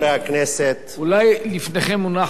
אולי לפניכם מונחת רשימה אחרת.